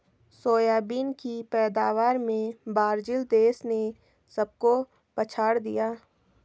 soybean की पैदावार में ब्राजील देश ने सबको पछाड़ दिया